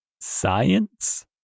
science